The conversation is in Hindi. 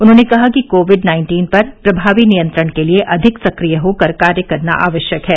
उन्होंने कहा कि कोविड नाइन्टीन पर प्रभावी नियंत्रण के लिए अधिक सक्रिय होकर कार्य करना आवश्यक है